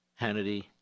Hannity